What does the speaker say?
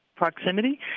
proximity